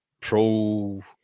pro